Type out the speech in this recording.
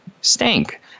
stink